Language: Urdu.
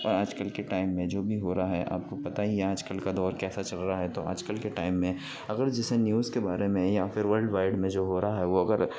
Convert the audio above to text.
اور آج کل کے ٹائم میں جو بھی ہو رہا ہے آپ کو پتہ ہی ہے آج کل کا دور کیسا چل رہا ہے تو آج کل کے ٹائم میں اگر جسے نیوز کے بارے میں یا پھر ولڈ وائڈ میں جو ہو رہا ہے وہ اگر کسی کو